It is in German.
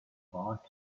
war